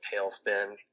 tailspin